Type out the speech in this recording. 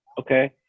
okay